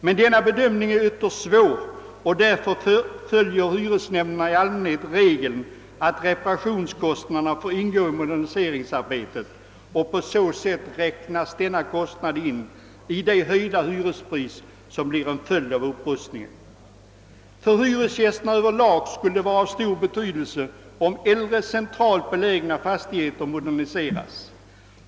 Men denna bedömning är ytterst svår att göra, varför hyresnämnderna i allmänhet följer regeln, att reparationskostnaderna får ingå i moderniseringsarbetet. På så sätt räknas denna kostnad in i det höjda hyrespris som blir en följd av upprustningen av lägenheterna. För hyresgästerna över lag skulle det vara av stor betydelse om äldre, centralt belägna fastigheter moderniserades.